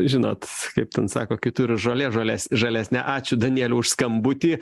žinot kaip ten sako kitur žolė žales žalesnė ačiū danieliui už skambutį